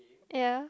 ya